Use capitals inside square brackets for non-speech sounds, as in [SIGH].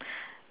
[NOISE]